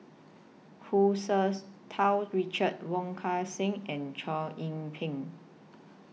Hu Tsu Tau Richard Wong Kan Seng and Chow Yian Ping